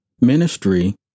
Ministry